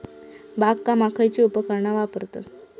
बागकामाक खयची उपकरणा वापरतत?